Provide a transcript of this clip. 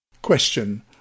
Question